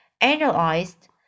analyzed